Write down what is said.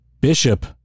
Bishop